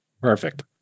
perfect